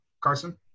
Carson